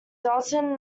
dalton